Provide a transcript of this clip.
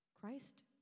Christ